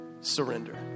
Surrender